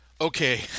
Okay